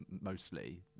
mostly